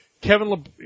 Kevin